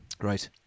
Right